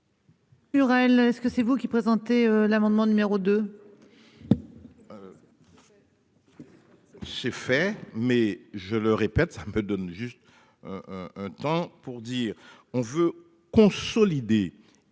Hurel, est ce que c'est vous qui présentez l'amendement numéro 2. C'est fait mais je le répète, ça me donne juste. Un, un temps pour dire on veut. Consolider